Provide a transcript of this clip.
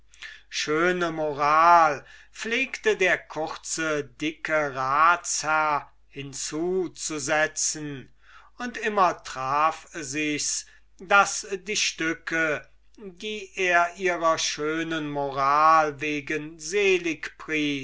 schöne moral pflegte der kurze dicke ratsherr hinzuzusetzen und immer traf sichs zu daß die stücke die er ihrer schönen moral wegen